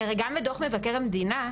כי הרי גם דו"ח מבקר המדינה,